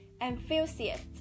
enthusiast